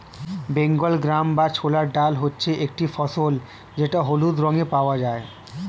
Bengal gram বা ছোলার ডাল হচ্ছে একটি ফসল যেটা হলুদ রঙে পাওয়া যায়